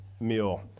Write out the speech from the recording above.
meal